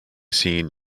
scene